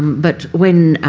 but when